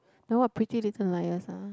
then what Pretty Little Liars ah